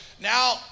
Now